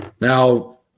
Now